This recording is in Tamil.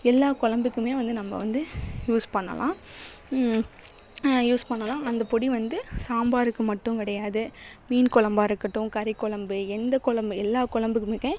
எல்லா கொலம்புக்குமே வந்து நம்ம வந்து யூஸ் பண்ணலாம் யூஸ் பண்ணலாம் அந்த பொடி வந்து சாம்பாருக்கு மட்டும் கிடையாது மீன்குலம்பா இருக்கட்டும் கறிக்குலம்பு எந்த குலம்பு எல்லா குலம்புக்குமே